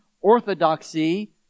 orthodoxy